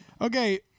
Okay